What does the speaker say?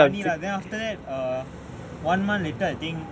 funny lah then after that err one month later I think